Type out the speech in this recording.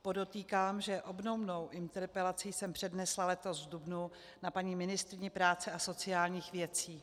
Podotýkám, že obdobnou interpelaci jsem přednesla letos v dubnu na paní ministryni práce a sociálních věcí.